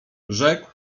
rzekł